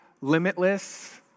limitless